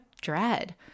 dread